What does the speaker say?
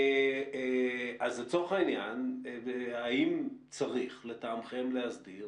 אז לצורך העניין האם צריך לטעמכם להסדיר